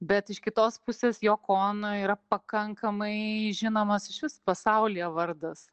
bet iš kitos pusės joko ono yra pakankamai žinomas išvis pasaulyje vardas